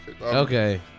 Okay